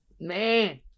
Man